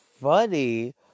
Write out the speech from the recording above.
funny